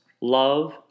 love